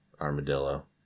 Armadillo